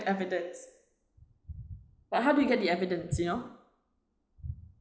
evidence but how did you get the evidence you know